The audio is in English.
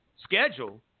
schedule